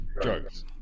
drugs